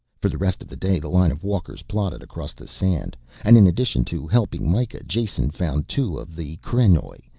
for the rest of the day the line of walkers plodded across the sand and in addition to helping mikah, jason found two of the krenoj,